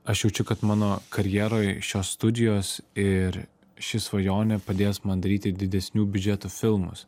aš jaučiu kad mano karjeroj šios studijos ir ši svajonė padės man daryti didesnių biudžetų filmus